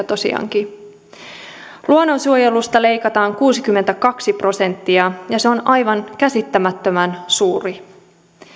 tosiaankin kehitysyhteistyö luonnonsuojelusta leikataan kuusikymmentäkaksi prosenttia ja se on aivan käsittämättömän suuri luku